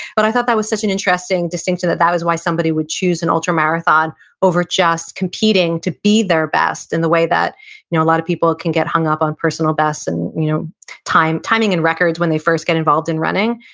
but i thought that was such an interesting distinction, that that was why somebody would choose an ultramarathon over just competing to be their best in the way that you know a lot of people can get hung up on personal bests and you know timing and records when they first get involved in running.